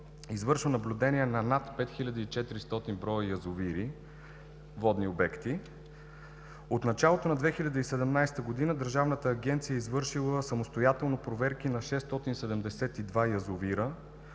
извършва наблюдения на над 5400 броя язовири, водни обекти. От началото на 2017 г. Държавната агенция е извършила самостоятелно проверки на 672 язовира